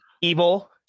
evil